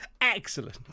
Excellent